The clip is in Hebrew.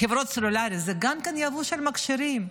אלא גם יבוא של מכשירים.